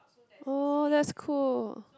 oh that's cool